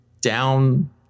down